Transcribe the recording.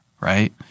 right